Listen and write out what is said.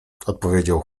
odpowiedział